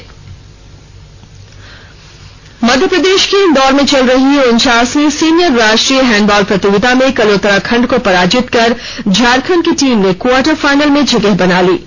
खेलकूद मध्यप्रदेश के इंदौर में चल रही उनचासवीं सीनियर राष्ट्रीय हैंडबॉल प्रतियोगिता में कल उत्तराखंड को पराजित कर झारखंड की टीम ने क्वार्टर फाइनल में जगह बना ली है